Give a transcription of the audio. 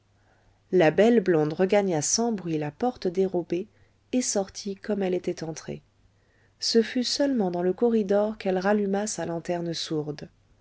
la belle blonde regagna sans bruit la porte dérobée et sortit comme elle était entrée ce fut seulement dans le corridor qu'elle ralluma sa lanterne sourde